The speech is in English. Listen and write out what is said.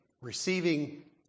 receiving